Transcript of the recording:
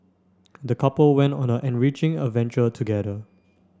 the couple went on a enriching adventure together